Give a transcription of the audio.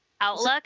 outlook